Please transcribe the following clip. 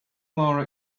more